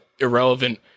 irrelevant